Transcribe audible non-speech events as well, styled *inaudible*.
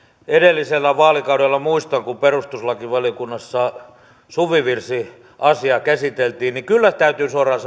edellisellä vaalikaudella perustuslakivaliokunnassa suvivirsiasiaa käsiteltiin ja kyllä täytyy suoraan *unintelligible*